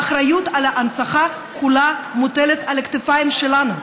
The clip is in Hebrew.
האחריות להנצחה כולה מוטלת על הכתפיים שלנו.